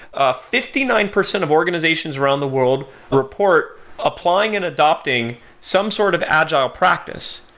ah fifty nine percent of organizations around the world report applying and adopting some sort of agile practice,